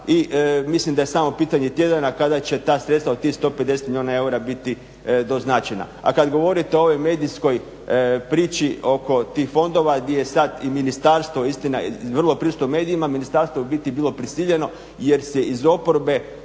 i mislim da je samo pitanje tjedana kada će ta sredstva od tih 150 milijuna eura biti doznačena. A kada govorite o ovoj medijskoj priči oko tih fondova gdje je sad i ministarstvo istina i vrlo prisutno u medijima, ministarstvo je ubiti bilo prisiljeno jer se iz oporbe